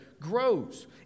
grows